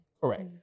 Correct